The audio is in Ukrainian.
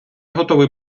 готовий